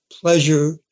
pleasure